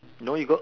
no you go